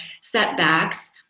setbacks